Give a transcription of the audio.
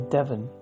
Devon